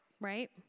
right